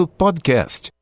podcast